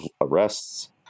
arrests